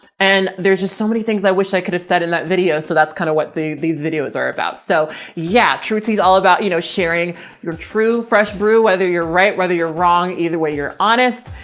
and there's just so many things i wish i could have said in that video. so that's kinda what the these videos are about. so yeah! true tea is all about, you know, sharing your true fresh brew whether you're right, whether you're wrong, either way, you're honest.